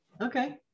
Okay